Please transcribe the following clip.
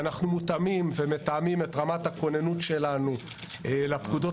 אנחנו מותאמים ומתאמים את רמת הכוננות שלנו לפקודות